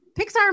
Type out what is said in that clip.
Pixar